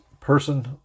person